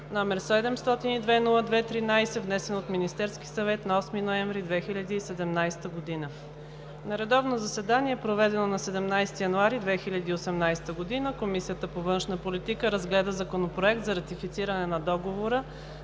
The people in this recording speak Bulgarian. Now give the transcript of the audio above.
№ 702-02-13, внесен от Министерския съвет на 8 ноември 2017 г. На редовно заседание, проведено на 17 януари 2018 г., Комисията по външна политика разгледа Законопроект за ратифициране на Договора